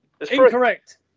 Incorrect